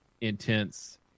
intense